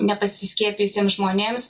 nepasiskiepijusiems žmonėms